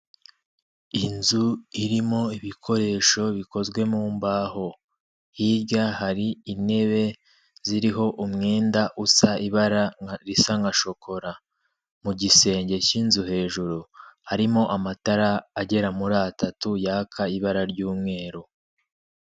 Inzu irimo ibikoresho bikozwe mu mbaho, hirya hari intebe ziriho umwenda usa ibara risa nka shokora, mu gisenge cy'inzu hejuru harimo amatara agera muri atatu yaka ibara ry'umweru.